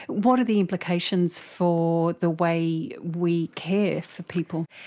what are the implications for the way we care for people?